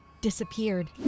disappeared